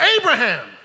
Abraham